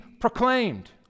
proclaimed